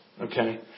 okay